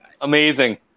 Amazing